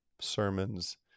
sermons